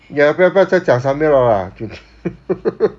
你要不要不要再讲 samuel liao ah